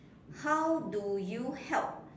how do you help